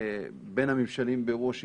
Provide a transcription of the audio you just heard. בין הממשלים בוושינגטון.